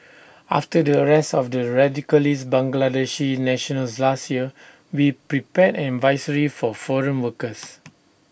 after the arrest of the radicalised Bangladeshi nationals last year we prepared an advisory for foreign workers